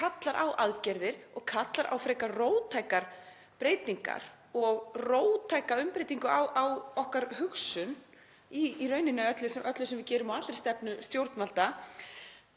kallar á aðgerðir og frekar róttækar breytingar og róttæka umbreytingu á okkar hugsun í öllu sem við gerum og á allri stefnu stjórnvalda.